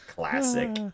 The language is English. classic